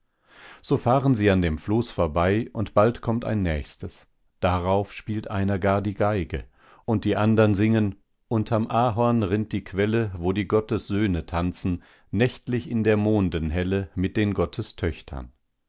so fahren sie an dem floß vorbei und bald kommt ein nächstes darauf spielt einer gar die geige und die andern singen unterm ahorn rinnt die quelle wo die gottessöhne tanzen nächtlich in der mondenhelle mit den